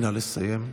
נא לסיים.